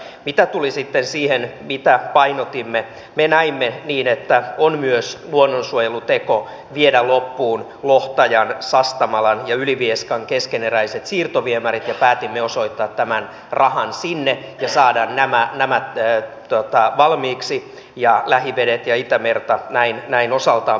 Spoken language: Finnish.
mitä tuli sitten siihen mitä painotimme me näimme niin että on myös luonnonsuojeluteko viedä loppuun lohtajan sastamalan ja ylivieskan keskeneräiset siirtoviemärit ja päätimme osoittaa tämän rahan sinne ja saada nämä valmiiksi ja lähivedet ja itämerta näin osaltaan puhdistettua